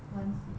忘记